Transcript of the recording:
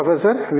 professor V